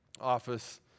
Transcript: office